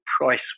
price